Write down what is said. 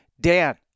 Dan